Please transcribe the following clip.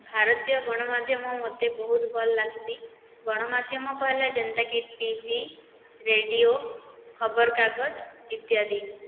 ଭାରତୀୟ ଗଣମାଧ୍ୟମ ମତେ ବହୁତ୍ ଭଲ୍ ଲାଗ୍ସି ଗଣମାଧ୍ୟମ କହେଲେ ଯେନ୍ତାକି ଟି ଭି ରେଡ଼ିଓ ଖବର୍କାଗଜ୍ ଇତ୍ୟାଦି